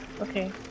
Okay